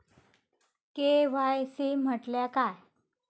KYC म्हटल्या काय?